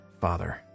father